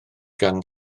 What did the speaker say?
gan